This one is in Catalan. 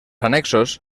annexos